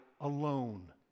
alone